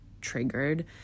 triggered